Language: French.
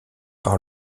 par